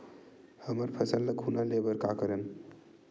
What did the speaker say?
हमर फसल ल घुना ले बर का करन?